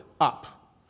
up